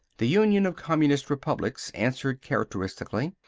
the union of communist republics answered characteristically.